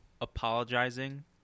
apologizing